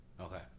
Okay